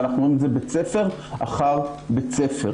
ואנחנו רואים את זה בית ספר אחר בית הספר.